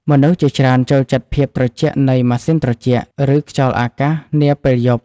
មនុស្សជាច្រើនចូលចិត្តភាពត្រជាក់នៃម៉ាស៊ីនត្រជាក់ ឬខ្យល់អាកាសនាពេលយប់។